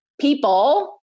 people